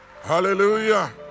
Hallelujah